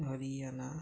Haryana